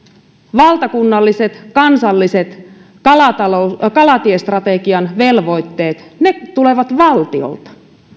valtakunnalliset kansalliset kalatiestrategian velvoitteet tulevat valtiolta